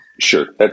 Sure